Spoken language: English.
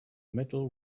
metal